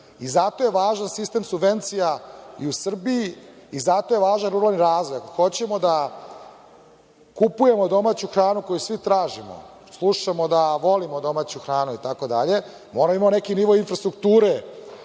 Zato je važan sistem subvencija i u Srbiji i zato je važan ruralni razvoj, jer hoćemo da kupujemo domaću hranu koju svi tražimo. Slušamo da volimo domaću hranu itd, pa moramo da imamo neki nivo infrastrukture